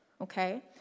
okay